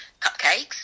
cupcakes